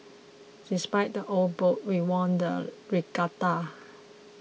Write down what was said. despite the old boat we won the regatta